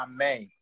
Amém